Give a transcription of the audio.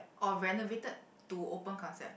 or renovated to open concept